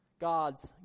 God's